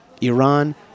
Iran